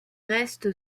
reste